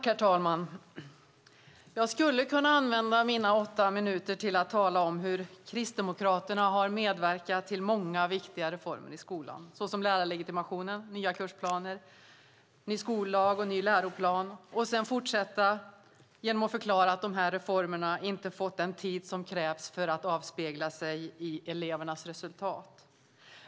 Herr talman! Jag skulle kunna använda mina åtta minuter till att tala om hur Kristdemokraterna medverkat till många viktiga reformer i skolan såsom lärarlegitimationen, nya kursplaner, ny skollag och ny läroplan och sedan fortsätta genom att förklara att dessa reformer inte fått den tid som krävs för att avspegla sig i elevernas resultat.